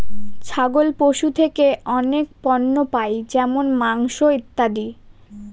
ছাগল পশু থেকে অনেক পণ্য পাই যেমন মাংস, ইত্যাদি